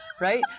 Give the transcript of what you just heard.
Right